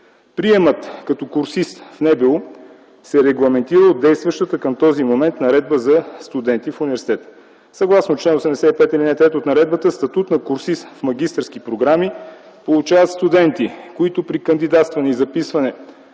Приемът като курсист в НБУ се регламентира от действащата към този момент наредба за студенти в университета. Съгласно чл. 85, ал. 3 от наредбата – статут на курсист „магистърски програми” получават студенти, които при кандидатстване и записване